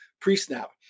pre-snap